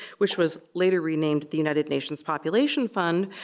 which was later renamed the united nations population fund,